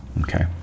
Okay